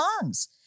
songs